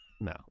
No